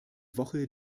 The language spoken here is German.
woche